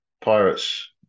Pirates